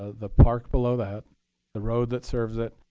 ah the park below that, the road that serves it,